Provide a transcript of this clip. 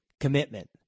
Commitment